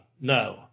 no